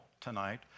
tonight